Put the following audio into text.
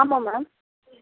ஆமாம் மேம்